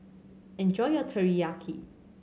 enjoy your Teriyaki